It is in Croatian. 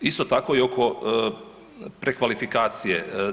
Isto tako i oko prekvalifikacije.